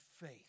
faith